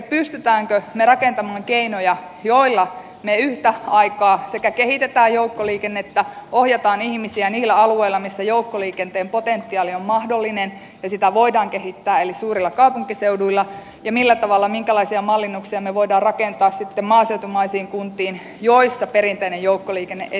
pystymmekö me rakentamaan keinoja joilla me yhtä aikaa kehitämme joukkoliikennettä ohjaamme ihmisiä niillä alueilla missä joukkoliikenteen potentiaali on mahdollinen ja sitä voidaan kehittää eli suurilla kaupunkiseuduilla ja millä tavalla ja minkälaisia mallinnuksia me voimme rakentaa sitten maaseutumaisiin kuntiin joissa perinteinen joukkoliikenne ei toimi